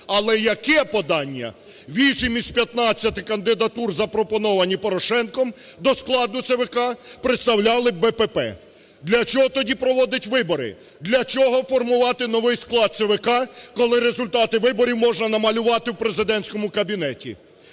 Але яке подання! Вісім із 15-ти кандидатур, запропоновані Порошенком до складу ЦВК, представляли БПП. Для чого тоді проводити вибори? Для чого формувати новий склад ЦВК, коли результати виборів можна намалювати в президентському кабінеті?